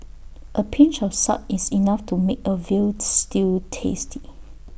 A pinch of salt is enough to make A Veal Stew tasty